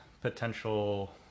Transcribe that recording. potential